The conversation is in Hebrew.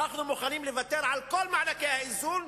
אנחנו מוכנים לוותר על כל מענקי האיזון